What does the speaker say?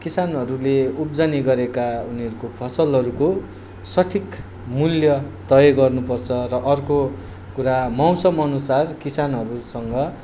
किसानहरूले उब्जनी गरेका उनीहरूको फसलहरूको सठिक मूल्य तय गर्नुपर्छ र अर्को कुरा मौसम अनुसार किसानहरूसँग